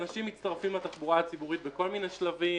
אנשים מצטרפים לתחבורה הציבורית בכל מיני שלבים.